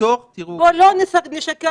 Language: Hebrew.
בואו לא נשקר לעצמנו.